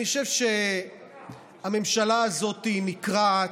אני חושב שהממשלה הזאת נקרעת,